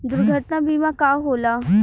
दुर्घटना बीमा का होला?